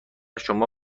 شما